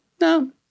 no